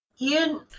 Ian